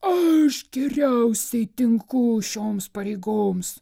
aš geriausiai tinku šioms pareigoms